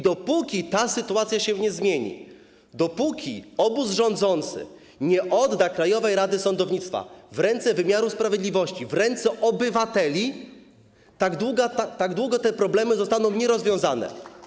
Dopóki ta sytuacja się nie zmieni, dopóki obóz rządzący nie odda Krajowej Rady Sądownictwa w ręce wymiaru sprawiedliwości, w ręce obywateli, dopóty te problemy pozostaną nierozwiązane.